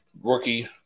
rookie